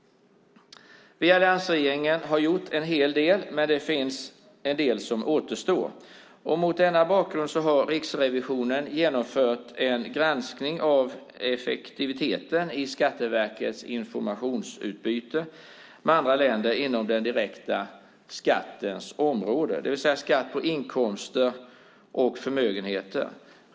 Vi i alliansregeringen har gjort en hel del, men det finns en del som återstår. Mot denna bakgrund har Riksrevisionen genomfört en granskning av effektiviteten i Skatteverkets informationsutbyte med andra länder inom den direkta skattens område, det vill säga skatt på inkomster och förmögenheter.